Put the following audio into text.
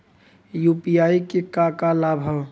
UPI क का का लाभ हव?